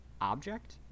object